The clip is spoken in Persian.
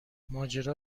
ماجرا